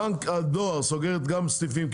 בנק הדואר סוגר גם סניפים,